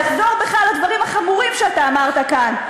לחזור בך מהדברים החמורים שאתה אמרת כאן,